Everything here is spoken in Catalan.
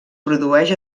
produeix